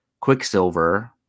Quicksilver